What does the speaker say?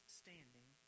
standing